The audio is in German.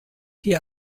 hier